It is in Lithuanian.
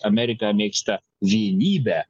amerika mėgsta vienybę